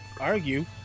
Argue